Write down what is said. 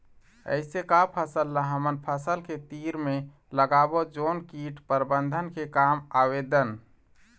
ऐसे का फसल ला हमर फसल के तीर मे लगाबो जोन कीट प्रबंधन के काम आवेदन?